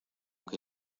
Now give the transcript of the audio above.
que